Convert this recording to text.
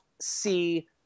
see